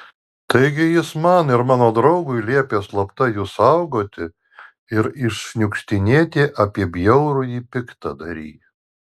taigi jis man ir mano draugui liepė slapta jus saugoti ir iššniukštinėti apie bjaurųjį piktadarį